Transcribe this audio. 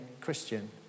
Christian